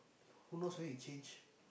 who knows where he changed